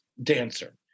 Dancer